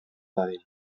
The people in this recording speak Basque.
dadin